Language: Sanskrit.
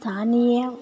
स्थानीय